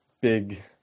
big